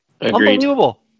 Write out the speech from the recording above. Unbelievable